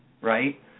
right